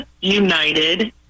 united